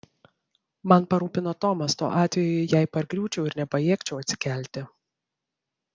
man parūpino tomas tuo atveju jei pargriūčiau ir nepajėgčiau atsikelti